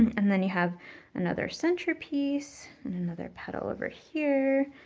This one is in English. and then you have another centerpiece and another petal over here.